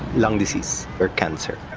lung disease or cancer.